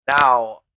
Now